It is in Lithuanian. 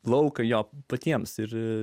plaukai jo patiems ir